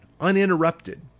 uninterrupted